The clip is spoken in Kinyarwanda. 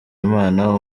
imana